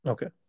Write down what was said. Okay